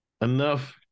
enough